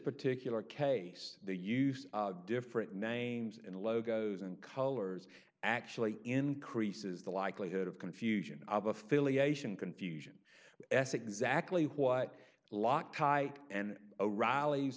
particular case they used different names and logos and colors actually increases the likelihood of confusion of affiliation confusion s exactly what loctite and o'reilly